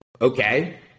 okay